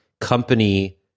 company